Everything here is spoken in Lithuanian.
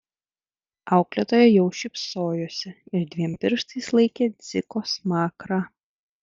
auklėtoja jau šypsojosi ir dviem pirštais laikė dziko smakrą